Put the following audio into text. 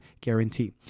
guarantee